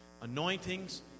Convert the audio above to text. anointings